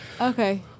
Okay